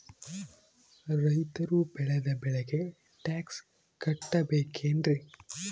ರೈತರು ಬೆಳೆದ ಬೆಳೆಗೆ ಟ್ಯಾಕ್ಸ್ ಕಟ್ಟಬೇಕೆನ್ರಿ?